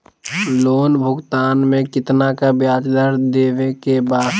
Loan भुगतान में कितना का ब्याज दर देवें के बा?